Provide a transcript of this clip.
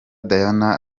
diana